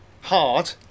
Hard